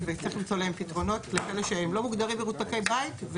צריך למצוא פתרונות לאלה שלא מוגדרים כמרותקי בית,